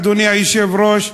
אדוני היושב-ראש,